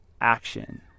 action